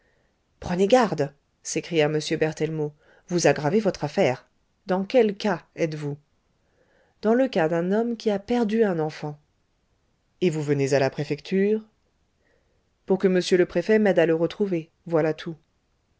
prenez garde s'écria m berthellemot vous aggravez votre affaire dans quel cas êtes-vous dans le cas d'un homme qui a perdu un enfant et vous venez à la préfecture pour que m le préfet m'aide à le retrouver voilà tout